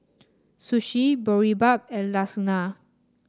sushi Boribap and Lasagna